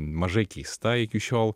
mažai keista iki šiol